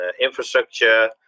infrastructure